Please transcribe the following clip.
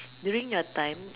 during your time